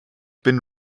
been